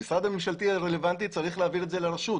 המשרד הממשלתי הרלוונטי צריך להעביר את זה לרשות.